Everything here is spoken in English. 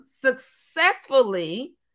successfully